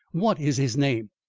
what is his name?